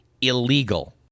illegal